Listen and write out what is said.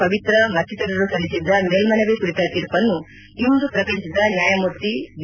ಪವಿತ್ರಾ ಮತ್ತಿತರರು ಸಲ್ಲಿಸಿದ್ದ ಮೇಲ್ಮನವಿ ಕುರಿತ ತೀರ್ಪನ್ನು ಇಂದು ಪ್ರಕಟಿಸಿದ ನ್ಯಾಯಮೂರ್ತಿ ಡಿ